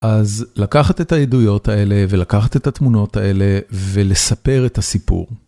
אז לקחת את העדויות האלה ולקחת את התמונות האלה ולספר את הסיפור.